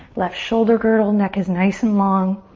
left shoulder girdle, neck is nice and long.